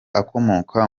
akomoka